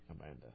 Amanda